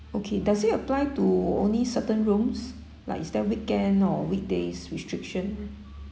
okay does it apply to only certain rooms like is there weekend or weekdays restriction